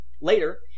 Later